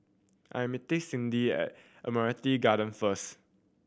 I am meeting Cyndi at Admiralty Garden first